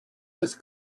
with